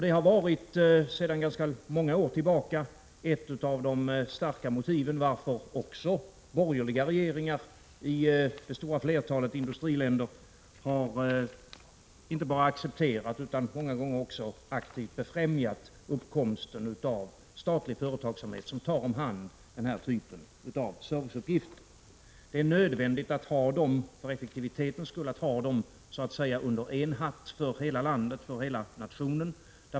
Det har sedan många år tillbaka varit ett av de starka motiven till att också borgerliga regeringar i det stora flertalet industriländer inte bara har accepterat utan också många gånger aktivt befrämjat uppkomsten av statlig företagsamhet som tar om hand denna typ av serviceuppgifter. Det är nödvändigt att för effektivitetens skull ha ansvaret för dessa uppgifter så att säga samlade under en hatt för hela nationen.